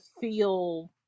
feel